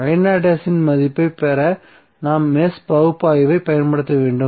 இன் மதிப்பைப் பெற நாம் மெஷ் பகுப்பாய்வைப் பயன்படுத்த வேண்டும்